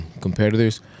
competitors